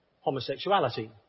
homosexuality